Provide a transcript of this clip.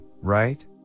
right